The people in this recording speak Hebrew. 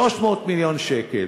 300 מיליון שקל.